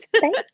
thank